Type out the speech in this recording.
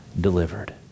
delivered